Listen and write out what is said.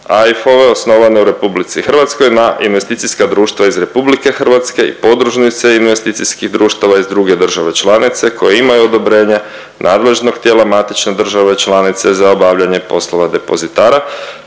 AIF-ove osnovane u RH, na investicijska društva iz RH i podružnice investicijskih društava iz druge države članice koje imaju odobrenje nadležnog tijela matične države članice za obavljanje poslova depozitara